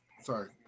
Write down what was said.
Sorry